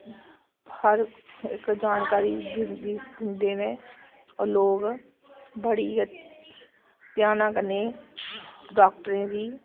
हर इक जानकारी देने होर ओह् लोक बड़ी गै ध्यानै कन्नै डाक्टरें दी